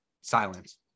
silence